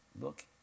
look